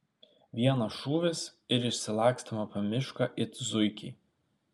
vienas šūvis ir išsilakstome po mišką it zuikiai